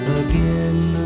again